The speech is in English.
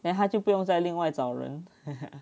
then 他就不用再另外找人